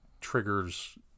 triggers